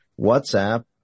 WhatsApp